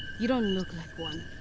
you don't look like one.